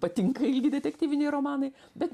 patinka ilgi detektyviniai romanai bet